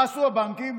מה עשו הבנקים?